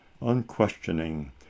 unquestioning